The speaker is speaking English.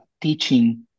teaching